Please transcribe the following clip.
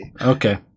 Okay